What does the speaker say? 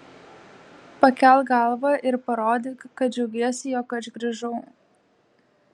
pakelk galvą ir parodyk kad džiaugiesi jog aš grįžau